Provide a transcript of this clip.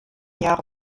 jahre